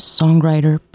songwriter